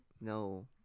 No